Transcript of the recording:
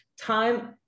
time